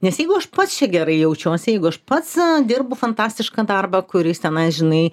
nes jeigu aš pats čia gerai jaučiuosi jeigu aš pats dirbu fantastišką darbą kuris tenais žinai